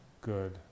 good